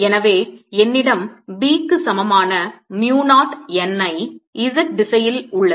எனவே என்னிடம் Bக்கு சமமான mu 0 n I z திசையில் உள்ளது